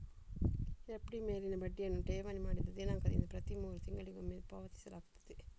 FD ಮೇಲಿನ ಬಡ್ಡಿಯನ್ನು ಠೇವಣಿ ಮಾಡಿದ ದಿನಾಂಕದಿಂದ ಪ್ರತಿ ಮೂರು ತಿಂಗಳಿಗೊಮ್ಮೆ ಪಾವತಿಸಲಾಗುತ್ತದೆ